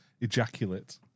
ejaculate